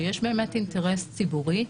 שיש באמת אינטרס ציבורי,